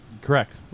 Correct